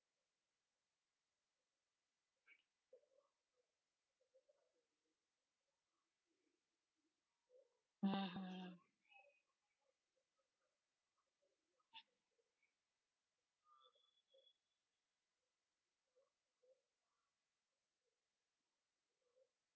mmhmm